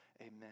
Amen